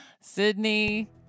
Sydney